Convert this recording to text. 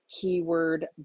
keyword